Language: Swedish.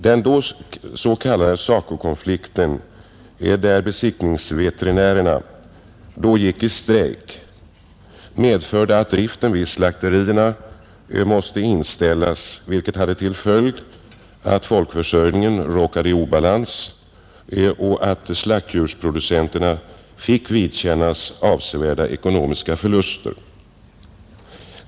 Den s.k. SACO-konflikten detta år, då besiktningsveterinärerna gick i strejk, medförde att driften vid slakterierna måste inställas, vilket hade till följd att folkförsörjningen råkade i obalans och att slaktdjursproducenterna fick vidkännas avsevärda ekonomiska förluster.